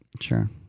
sure